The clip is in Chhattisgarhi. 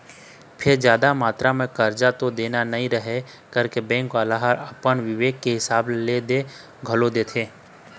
फेर जादा मातरा म करजा तो देना नइ रहय करके बेंक वाले ह अपन बिबेक के हिसाब ले दे घलोक देथे